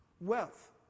Wealth